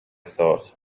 thought